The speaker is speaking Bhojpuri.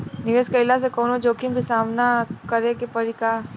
निवेश कईला से कौनो जोखिम के सामना करे क परि का?